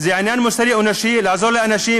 זה עניין מוסרי אנושי לעזור לאנשים.